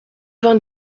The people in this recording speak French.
vingt